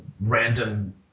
random